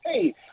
Hey